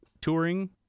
touring